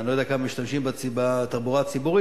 אני לא יודע כמה משתמשים בתחבורה הציבורית,